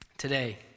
today